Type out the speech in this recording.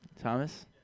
Thomas